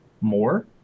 more